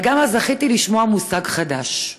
אבל גם זכיתי לשמוע מושג חדש.